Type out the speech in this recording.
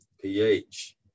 pH